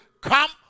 Come